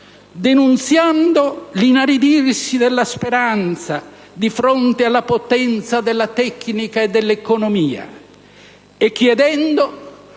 denunziando «l'inaridirsi della speranza di fronte alla potenza della tecnica e dell'economia», e chiedendo